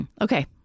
okay